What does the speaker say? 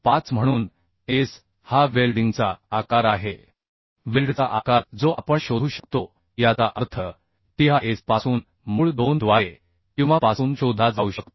5 म्हणून S हा वेल्डिंगचा आकार आहे वेल्डचा आकार जो आपण शोधू शकतो याचा अर्थ t हा S पासून मूळ 2 द्वारे किंवा पासून शोधला जाऊ शकतो